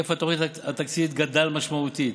היקף התוכנית התקציבית גדל משמעותית,